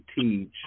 teach